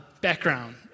Background